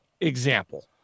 example